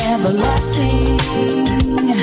Everlasting